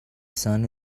sun